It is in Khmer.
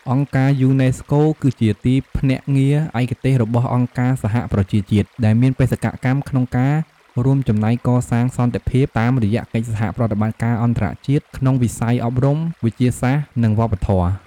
អង្គការយូណេស្កូ គឺជាទីភ្នាក់ងារឯកទេសរបស់អង្គការសហប្រជាជាតិ ដែលមានបេសកកម្មក្នុងការរួមចំណែកកសាងសន្តិភាពតាមរយៈកិច្ចសហប្រតិបត្តិការអន្តរជាតិក្នុងវិស័យ អប់រំ វិទ្យាសាស្ត្រ និងវប្បធម៌។